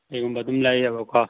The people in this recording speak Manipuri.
ꯀꯩꯒꯨꯝꯕ ꯑꯗꯨꯝ ꯂꯩꯌꯦꯕꯀꯣ